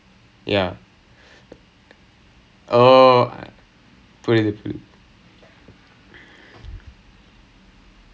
we knew how to play for that song அந்த மாதிரி:antha maathiri you get what I mean ah like I remember horn நான் வாசிச்சேன் naan vasichen F_O_L அப்போ:appo